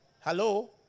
Hello